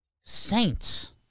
Saints